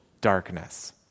darkness